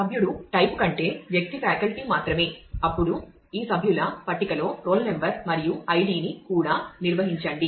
సభ్యుడు టైపు కంటే వ్యక్తి ఫ్యాకల్టీ మాత్రమే అప్పుడు ఈ సభ్యుల పట్టికలో రోల్ నంబర్ ని కూడా నిర్వహించండి